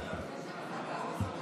52, נגד,